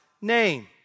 name